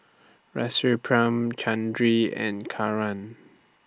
Rasipuram and Kiran